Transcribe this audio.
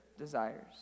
desires